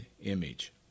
image